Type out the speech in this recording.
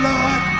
Lord